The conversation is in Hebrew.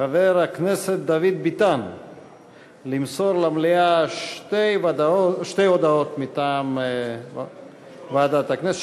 חבר הכנסת דוד ביטן למסור למליאה שלוש הודעות מטעם ועדת הכנסת.